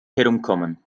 herumkommen